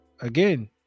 again